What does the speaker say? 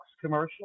commercial